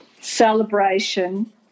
celebration